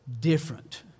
different